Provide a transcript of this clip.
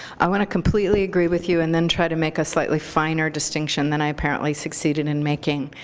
i want to completely agree with you and then try to make a slightly finer distinction then i apparently succeeded in making.